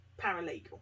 paralegal